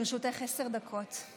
לרשותך עשר דקות.